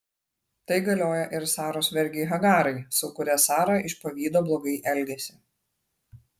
tai galioja ir saros vergei hagarai su kuria sara iš pavydo blogai elgėsi